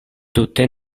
tute